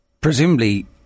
Presumably